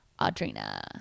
Audrina